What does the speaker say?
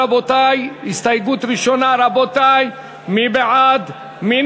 (1), רבותי, הסתייגות ראשונה, רבותי, מי בעד, מי